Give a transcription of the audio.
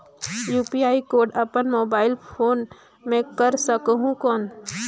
UPI code अपन mobile phone मे कर सकहुं कौन?